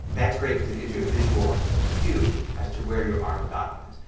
that's great because it gives you a visual cue as to where you are in the document.